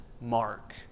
mark